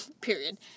period